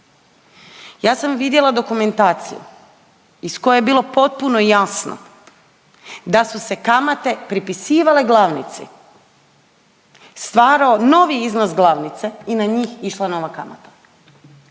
Ja sam vidjela dokumentaciju iz koje je bilo potpuno jasno da su se kamate pripisivale glavnici, stvarao novi iznos glavnice i na njih išla nova kamata.